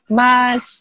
mas